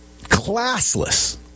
classless